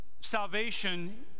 salvation